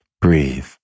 Breathe